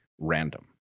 random